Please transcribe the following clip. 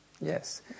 Yes